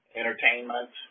entertainment